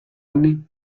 anni